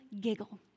giggle